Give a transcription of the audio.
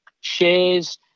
shares